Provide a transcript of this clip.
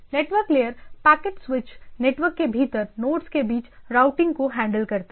network layer packet switched network के भीतर nodes के बीच रूटिंग को हैंडल करता है